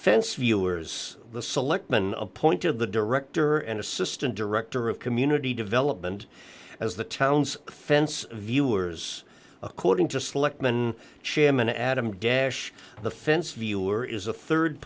fence viewers the selectmen appoint of the director and assistant director of community development as the town's fence viewers according to select mn chairman adam dash the fence viewer is a